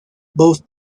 both